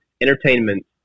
entertainment